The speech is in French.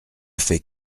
fait